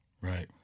Right